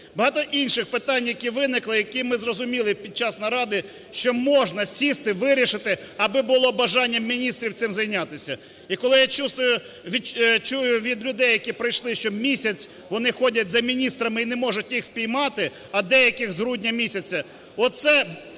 Багато інших питань, які виникли, які ми зрозуміли під час наради, що можна сісти, вирішити, аби було бажання міністрів цим зайнятися. І коли я чую від людей, які прийшли, що місяць вони ходять за міністрами і не можуть їх спіймати, а деяких з грудня-місяця,